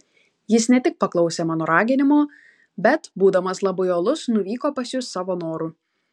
jis ne tik paklausė mano raginimo bet būdamas labai uolus nuvyko pas jus savo noru